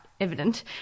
evident